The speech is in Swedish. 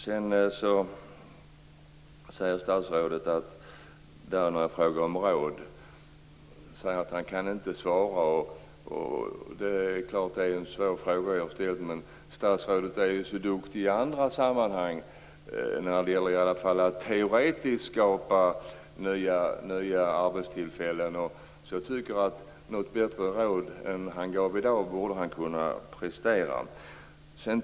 Sedan säger statsrådet att han inte kan ge råd. Det är klart att jag ställde en svår fråga. Men statsrådet är ju så duktig i andra sammanhang, i alla fall när det gäller att teoretiskt skapa nya arbetstillfällen, att jag tycker att han borde kunna prestera ett bättre råd än det han gav i dag.